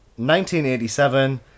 1987